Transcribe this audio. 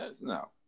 no